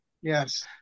yes